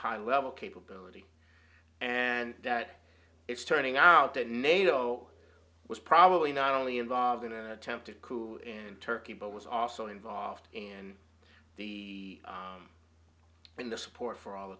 high level capability and that it's turning out that nato was probably not only involved in an attempted coup in turkey but was also involved in the in the support for all the